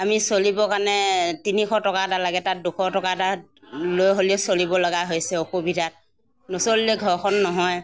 আমি চলিবৰ কাৰণে তিনিশ টকা এটা লাগে তাত দুশ টকা এটা লৈ হ'লেও চলিব লগা হৈছে অসুবিধাত নচলিলে ঘৰখন নহয়